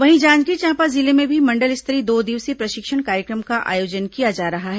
वहीं जांजगीर चांपा जिले में भी मंडल स्तरीय दो दिवसीय प्रशिक्षण कार्यक्रम का आयोजन किया जा रहा है